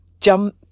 Jump